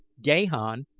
gahan,